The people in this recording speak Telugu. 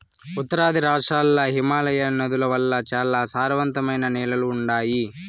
ఉత్తరాది రాష్ట్రాల్ల హిమాలయ నదుల వల్ల చాలా సారవంతమైన నేలలు ఉండాయి